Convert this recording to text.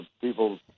people